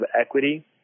equity